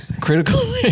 Critical